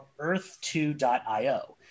earth2.io